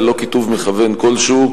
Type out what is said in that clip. ללא כיתוב מכוון כלשהו.